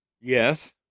Yes